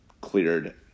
cleared